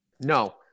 No